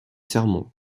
sermons